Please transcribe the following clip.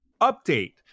Update